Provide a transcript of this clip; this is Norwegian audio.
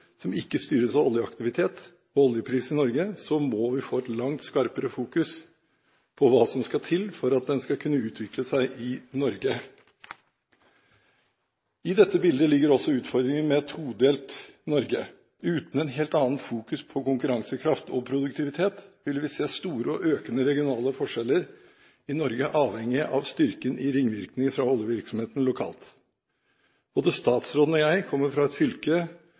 som ikke styres av oljeaktivitet og oljepris i Norge, må vi få et langt skarpere fokus på hva som skal til for at den skal kunne utvikle seg i Norge. I dette bildet ligger også utfordringen med et todelt Norge. Uten et helt annet fokus på konkurransekraft og produktivitet vil vi se store og økende regionale forskjeller i Norge avhengig av styrken i ringvirkningene fra oljevirksomheten lokalt. Både statsråden og jeg kommer fra et fylke